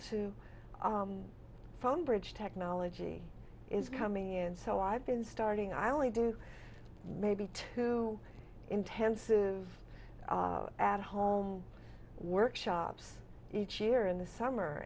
to phone bridge technology is coming in so i've been starting i only do maybe two intensive at home workshops each year in the summer